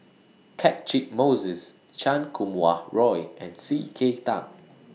Catchick Moses Chan Kum Wah Roy and C K Tang